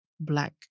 black